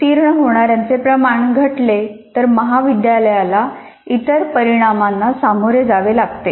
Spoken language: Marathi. उत्तीर्ण होणाऱ्यांचे प्रमाण घटले तर महाविद्यालयाला इतर परिणामांना सामोरे जावे लागते